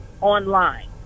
online